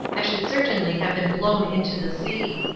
i should certainly have been blown into the sea.